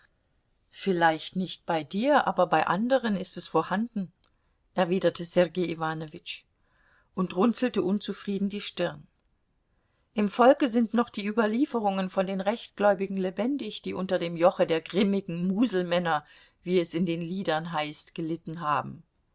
vielleicht nicht bei dir aber bei anderen ist es vorhanden erwiderte sergei iwanowitsch und runzelte unzufrieden die stirn im volke sind noch die überlieferungen von den rechtgläubigen lebendig die unter dem joche der grimmen muselmänner wie es in den liedern heißt gelitten haben